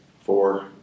four